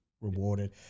rewarded